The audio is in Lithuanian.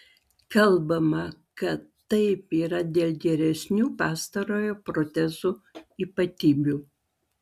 kalbama kad taip yra dėl geresnių pastarojo protezų ypatybių